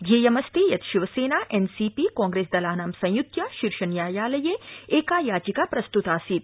ध्येयमस्ति यत् शिवसेना उ सी पी कांग्रेस दलानां संयुत्या शीर्षन्यायालये का याचिका प्रस्तृतासीत्